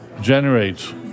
generates